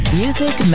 music